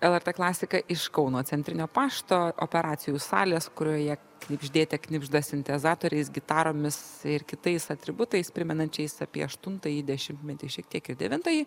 lrt klasika iš kauno centrinio pašto operacijų salės kurioje knibždėte knibžda sintezatoriais gitaromis ir kitais atributais primenančiais apie aštuntąjį dešimtmetį šiek tiek ir devintąjį